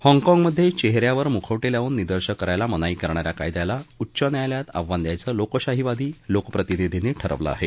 हाँगकाँगमधे चेह यावर मुखवटे लावून निदर्शनं करण्याला मनाई करणा या कायद्याला उच्च न्यायालयात आव्हान द्यायचं लोकशाहीवादी लोकप्रतिनिधींनी ठरवलं आहे